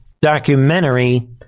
documentary